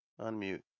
Unmute